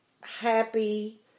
happy